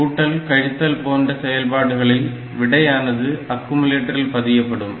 கூட்டல் கழித்தல் போன்ற செயல்பாடுகளை விடையானது அக்கும்லேட்டரில் பதியப்படும்